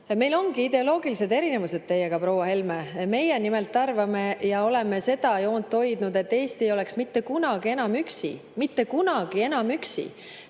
Meil ongi ideoloogilised erinevused teiega, proua Helme. Meie nimelt arvame ja oleme seda joont hoidnud, et Eesti ei tohi mitte kunagi enam üksi olla. Mitte kunagi enam üksi!